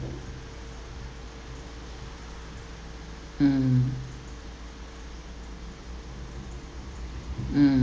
mm mm